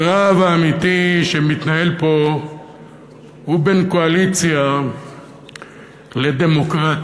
הקרב האמיתי שמתנהל פה הוא בין קואליציה לדמוקרטיה.